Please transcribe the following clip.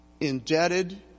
indebted